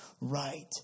right